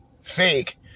fake